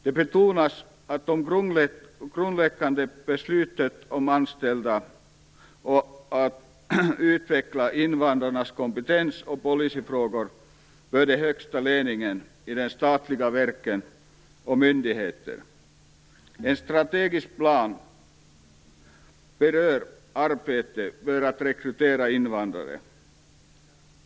Det betonas att de grundläggande besluten om att anställa och utveckla invandrarnas kompetens är policyfrågor för den högsta ledningen i de statliga verken och myndigheterna. En strategisk plan berör arbetet för att rekrytera invandrare.